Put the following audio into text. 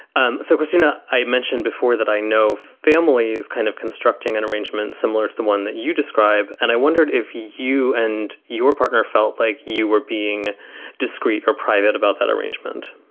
um so, christina, i mentioned before that i know families kind of constructing an arrangement similar to the one that you describe. and i wondered if you and your partner felt like you were being discreet or private about that arrangement